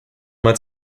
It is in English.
might